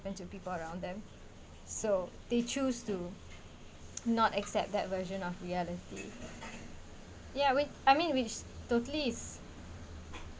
happen to people around them so they choose to not accept that version of reality yeah we I mean which totally is